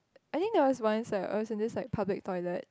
I think there was once ah I was in this like public toilet